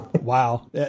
Wow